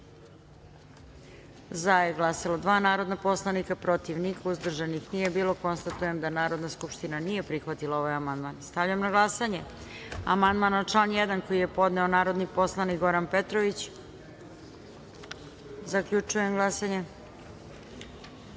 glasanje: za – dva, protiv – niko, uzdržanih nije bilo. Konstatujem da Narodna skupština nije prihvatila ovaj amandman. Stavljam na glasanje amandman na član 1. koji je podneo narodni poslanik Goran Petrović. Zaključujem glasanje: